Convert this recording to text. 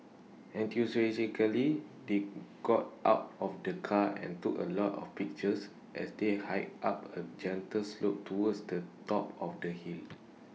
enthusiastically they got out of the car and took A lot of pictures as they hiked up A gentle slope towards the top of the hill